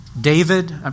David